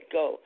go